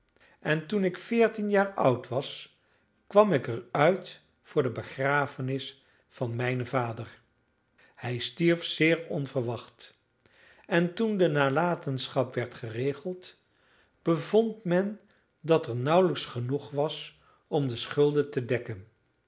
en toen ik veertien jaar oud was kwam ik er uit voor de begrafenis van mijnen vader hij stierf zeer onverwacht en toen de nalatenschap werd geregeld bevond men dat er nauwelijks genoeg was om de schulden te dekken